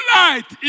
light